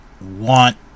want